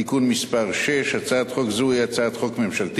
(תיקון מס' 6). הצעת חוק זו היא הצעת חוק ממשלתית